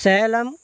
Salem